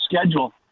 schedule